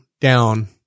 down